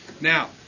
Now